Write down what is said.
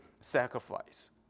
sacrifice